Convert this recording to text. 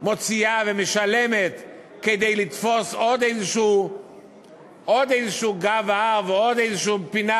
מוציאה ומשלמת כדי לתפוס עוד איזה גב הר ועוד איזו פינה,